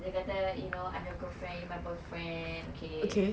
dia kata I'm your grilfriend you're my boyfriend okay